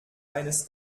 eines